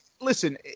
Listen